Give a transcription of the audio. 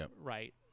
right